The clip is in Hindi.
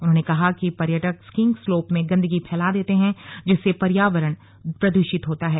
उन्होंने कहा कि पर्यटक स्कीइंग स्लोप में गंदगी फैला देते हैं जिससे पर्यावरण प्रदृषित होता है